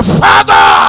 father